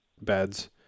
beds